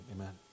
amen